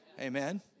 Amen